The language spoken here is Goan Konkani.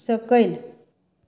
सकयल